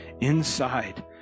inside